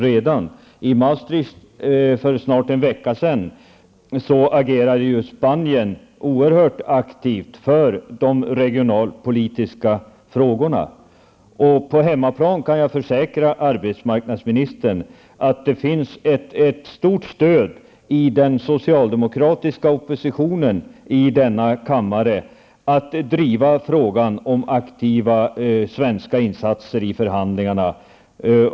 I Maastricht för snart en vecka sedan agerade Spanien mycket aktivt för de regionalpolitiska frågorna. Och jag kan försäkra arbetsmarknadsministern om att det på hemmaplan finns ett stort stöd hos den socialdemokratiska oppositionen i denna kammare att driva frågan om aktiva svenska insatser i förhandlingarna.